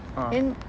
ah